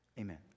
amen